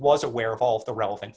was aware of all the relevant